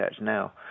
now